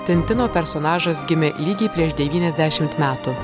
tintino personažas gimė lygiai prieš devyniasdešimt metų